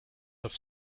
have